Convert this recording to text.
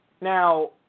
Now